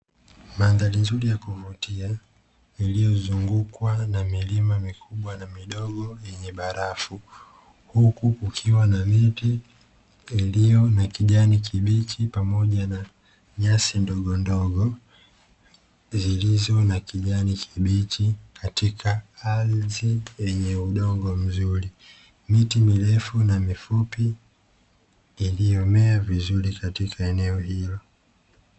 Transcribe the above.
Mandhari nzuri ya kuvutia iliyozungukwa na milima mikubwa na midogo yenye barafu, huku kukiwa na miti iliyo na kijani kibichi pamoja na nyasi ndogondogo zilizo na kijani kibichi katika ardhi yenye udongo mzuri; miti mirefu na mifupi iiyomea vizuri katika eneo hilo.